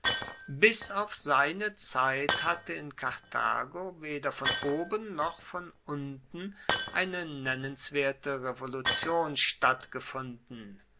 bis auf seine zeit hatte in karthago weder von oben noch von unten eine nennenswerte revolution stattgefunden